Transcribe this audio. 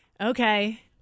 okay